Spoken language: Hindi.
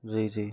जी जी